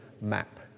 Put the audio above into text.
map